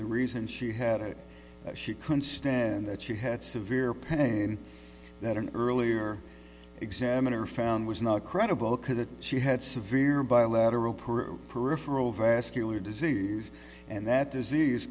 the reason she had it that she couldn't stand that she had severe pain that an earlier examiner found was not credible could it she had severe bilateral peru peripheral vascular disease and that disease